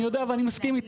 אני מסכים.